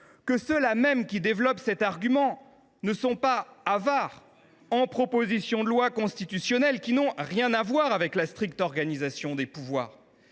que ceux là mêmes qui développent cet argument ne soient pas avares en propositions de loi constitutionnelle n’ayant rien à voir avec la stricte organisation des pouvoirs